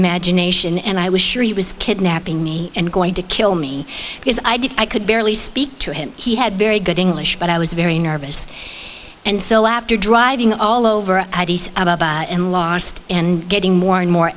imagination and i was sure he was kidnapping me and going to kill me because i did i could barely speak to him he had very good english but i was very nervous and so after driving all over and lost and getting more and more